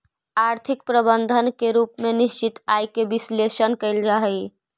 आर्थिक प्रबंधन के रूप में निश्चित आय के विश्लेषण कईल जा हई